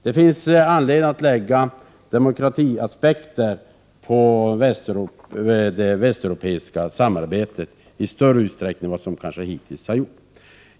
Det finns anledning att lägga demokratiaspekter på det västeuropeiska samarbetet i större utsträckning än vad som hittills har gjorts.